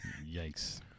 Yikes